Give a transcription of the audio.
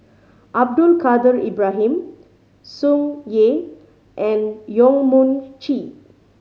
Abdul Kadir Ibrahim Tsung Yeh and Yong Mun Chee